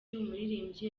umuririmbyi